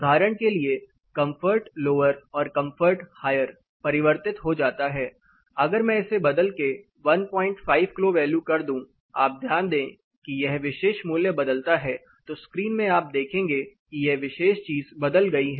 उदाहरण के लिए कंफर्ट लोअर और कंफर्ट हायर परिवर्तित हो जाता है अगर मैं इसे बदल के 15 क्लो वैल्यू कर दूं आप ध्यान दें कि यह विशेष मूल्य बदलता है तो स्क्रीन में आप देखेंगे कि यह विशेष चीज बदल गई है